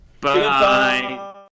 Bye